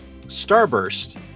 Starburst